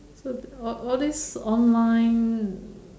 so all all these online